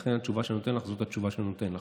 ולכן התשובה שאני נותן לך זאת התשובה שאני נותן לך.